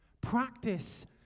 Practice